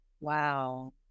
Wow